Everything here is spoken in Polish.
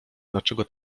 dlaczego